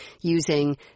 using